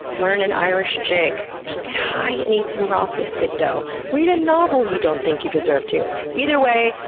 learn an irish jig. just get high and eat some raw biscuit dough. read a novel you don' think you deserve to. either way,